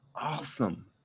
awesome